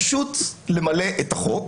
פשוט למלא את החוק.